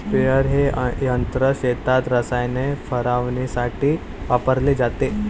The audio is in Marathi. स्प्रेअर हे यंत्र शेतात रसायने फवारण्यासाठी वापरले जाते